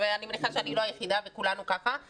ואני מניחה שאני לא היחידה אלא כך זה